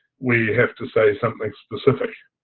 we have to say something specific.